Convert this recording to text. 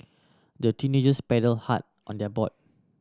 the teenagers paddle hard on their boat